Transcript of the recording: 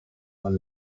non